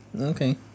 Okay